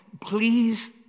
please